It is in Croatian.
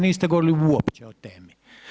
Niste govorili uopće o temi.